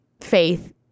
faith